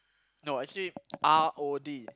no actually R_O_D